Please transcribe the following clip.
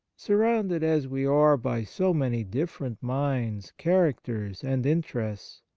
sur rounded as we are by so many different minds, characters, and interests,